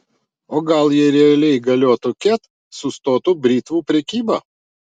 o gal jei realiai galiotų ket sustotų britvų prekyba